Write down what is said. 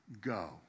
go